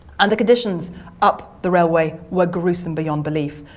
and the conditions up the railway were gruesome beyond belief.